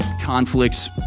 conflicts